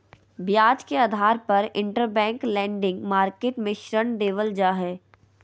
ब्याज के आधार पर इंटरबैंक लेंडिंग मार्केट मे ऋण देवल जा हय